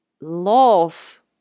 love